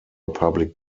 public